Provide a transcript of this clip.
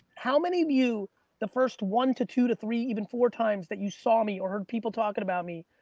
how many of you the first one to two to three, even four times that you saw me or heard people talking about me,